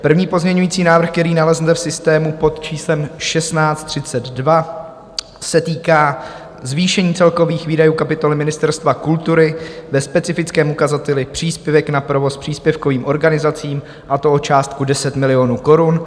První pozměňovací návrh, který naleznete v systému pod číslem 1632, se týká zvýšení celkových výdajů kapitoly Ministerstva kultury ve specifickém ukazateli Příspěvek na provoz příspěvkovým organizacím, a to o částku 10 milionů korun.